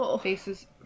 faces